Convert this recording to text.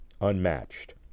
unmatched